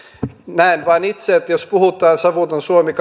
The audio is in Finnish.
näen vain itse että jos puhutaan savuton suomi